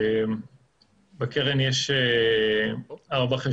בקרן יש ארבעה חשבונות: